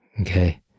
okay